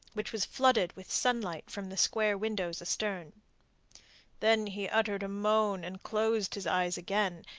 which was flooded with sunlight from the square windows astern. then he uttered a moan, and closed his eyes again,